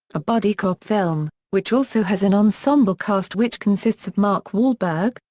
a buddy cop film, which also has an ensemble cast which consists of mark wahlberg,